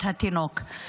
את התינוק.